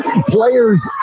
players